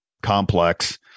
complex